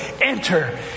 Enter